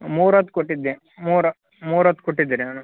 ಮೂರೊತ್ತು ಕೊಟ್ಟಿದ್ದೆ ಮೂರು ಮೂರೊತ್ತು ಕೊಟ್ಟಿದ್ದೆ ನಾನು